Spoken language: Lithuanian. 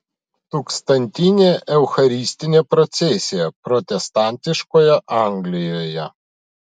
tūkstantinė eucharistinė procesija protestantiškoje anglijoje